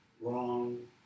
wrong